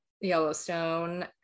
Yellowstone